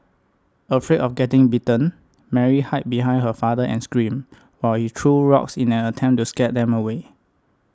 afraid of getting bitten Mary hid behind her father and screamed while he threw rocks in an attempt to scare them away